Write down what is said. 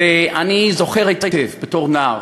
ואני זוכר היטב, בתור נער,